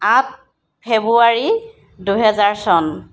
আঠ ফেব্ৰুৱাৰী দুহেজাৰ চন